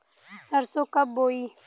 सरसो कब बोआई?